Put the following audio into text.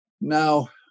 Now